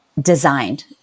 designed